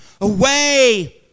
away